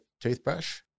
toothbrush